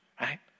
right